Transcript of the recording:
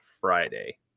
Friday